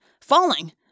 Falling